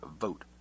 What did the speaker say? vote